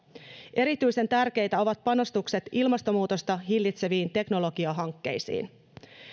erityisen tärkeitä ovat panostukset ilmastonmuutosta hillitseviin teknologiahankkeisiin